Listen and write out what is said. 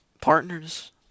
partners